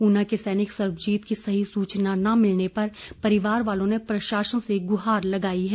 ऊना के सैनिक सर्वजीत की सही सूचना न मिलने पर परिवार वालों ने प्रशासन से गुहार लगाई है